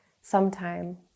sometime